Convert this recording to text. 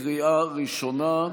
לקריאה ראשונה.